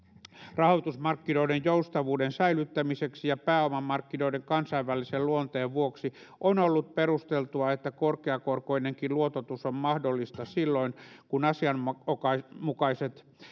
rahoitusmarkkinoiden joustavuuden säilyttämiseksi ja pääomamarkkinoiden kansainvälisen luonteen vuoksi on ollut perusteltua että korkeakorkoinenkin luototus on mahdollista silloin kun asianmukaiset